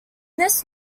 this